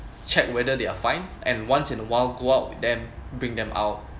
check whether they're fine and once in a while go out with them bring them out